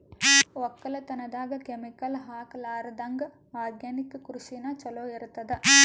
ಒಕ್ಕಲತನದಾಗ ಕೆಮಿಕಲ್ ಹಾಕಲಾರದಂಗ ಆರ್ಗ್ಯಾನಿಕ್ ಕೃಷಿನ ಚಲೋ ಇರತದ